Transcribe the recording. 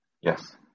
Yes